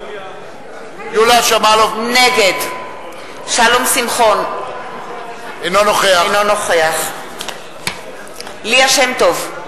נגד שלום שמחון, אינו נוכח ליה שמטוב,